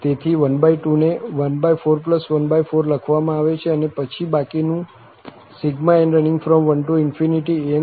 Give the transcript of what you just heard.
તેથી 12 ને 1414 લખવામાં આવે છે અને પછી બાકીનું n1an2bn2 છે